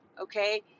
Okay